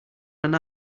ran